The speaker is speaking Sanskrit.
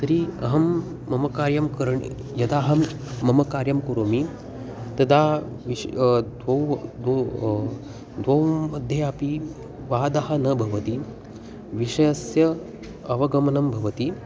तर्हि अहं मम कार्यं करणीयं यदाहं मम कार्यं करोमि तदा विशयः द्वयोः द्वयोः द्वयोः मध्ये अपि वादः न भवति विषयस्य अवगमनं भवति